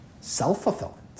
self-fulfillment